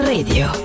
Radio